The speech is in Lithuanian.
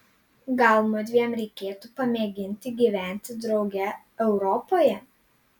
gal mudviem reikėtų pamėginti gyventi drauge europoje